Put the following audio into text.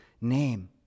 name